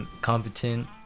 competent